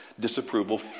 Disapproval